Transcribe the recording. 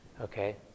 Okay